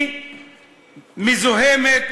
היא מזוהמת.